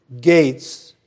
gates